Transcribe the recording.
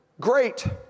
Great